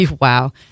wow